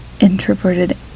introverted